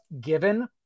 given